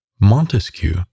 Montesquieu